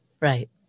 Right